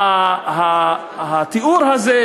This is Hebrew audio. התיאור הזה,